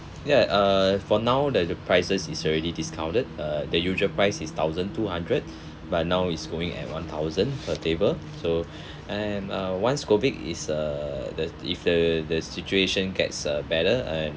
ya uh for now that the prices is already discounted uh the usual price is thousand two hundred but now it's going at one thousand per table so and uh once COVID is uh the if the the situation gets uh better and